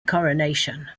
coronation